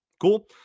cool